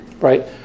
Right